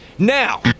Now